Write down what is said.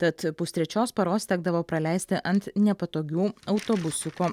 tad pustrečios paros tekdavo praleisti ant nepatogių autobusiuko